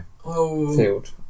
field